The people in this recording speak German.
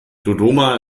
dodoma